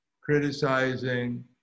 criticizing